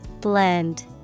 Blend